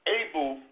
able